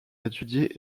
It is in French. étudié